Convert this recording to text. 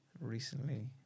recently